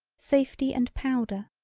safety and powder,